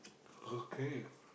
okay